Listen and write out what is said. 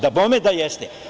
Dabome da jeste.